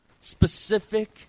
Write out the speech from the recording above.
specific